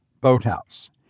boathouse